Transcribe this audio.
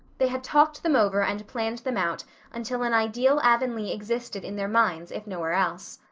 they had talked them over and planned them out until an ideal avonlea existed in their minds, if nowhere else.